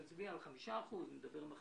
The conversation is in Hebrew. נצביע על 5% - אני אדבר עם החברים,